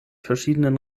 verschiedenen